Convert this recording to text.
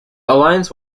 alliance